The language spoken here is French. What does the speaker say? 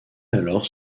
alors